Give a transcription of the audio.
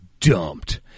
Dumped